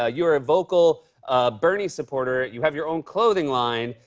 ah you're a vocal bernie supporter. you have your own clothing line,